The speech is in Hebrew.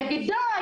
יגיד "די,